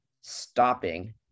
stopping